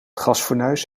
gasfornuis